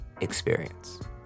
experience